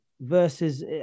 versus